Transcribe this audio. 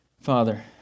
Father